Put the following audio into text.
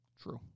True